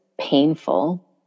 painful